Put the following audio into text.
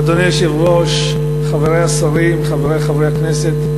אדוני היושב-ראש, חברי השרים, חברי חברי הכנסת,